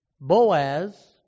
Boaz